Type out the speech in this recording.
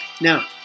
Now